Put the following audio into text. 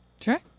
Sure